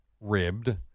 ribbed